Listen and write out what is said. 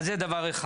זה דבר אחד.